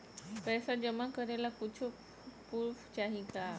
पैसा जमा करे ला कुछु पूर्फ चाहि का?